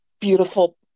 beautiful